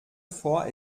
vor